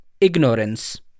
ignorance